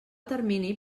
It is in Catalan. termini